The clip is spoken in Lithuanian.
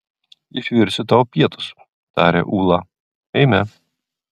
išvirsiu tau pietus taria ūla eime